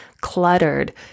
cluttered